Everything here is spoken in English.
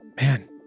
Man